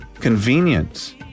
convenience